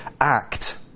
act